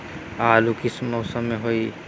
आलू किस मौसम में होई?